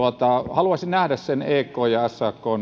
haluaisin nähdä sen ekn ja sakn